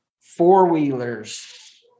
four-wheelers